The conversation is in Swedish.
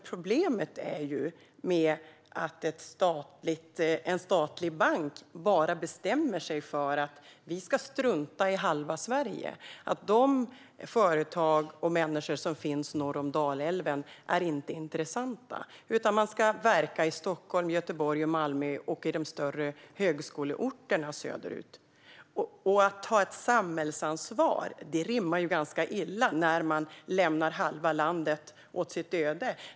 Problemet är att en statlig bank bara bestämt sig för att strunta i halva Sverige och att de företag och människor som finns norr om Dalälven inte är intressanta, utan man ska verka i Stockholm, Göteborg, Malmö och de större högskoleorterna söderut. Att ta ett samhällsansvar rimmar ganska illa med att lämna halva landet åt sitt öde.